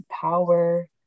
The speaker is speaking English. power